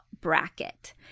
bracket